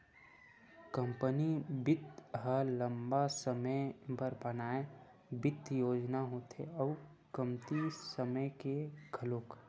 company बित्त ह लंबा समे बर बनाए बित्त योजना होथे अउ कमती समे के घलोक